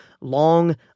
long